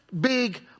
big